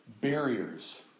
barriers